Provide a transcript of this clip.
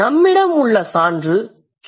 நம்மிடம் உள்ள சான்று Kinayu